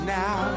now